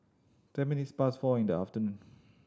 ten minutes past four in the afternoon